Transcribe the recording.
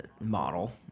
model